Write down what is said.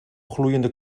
gloeiende